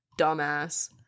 dumbass